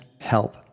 help